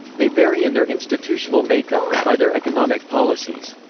they vary in their institutional makeup and by their economic policies.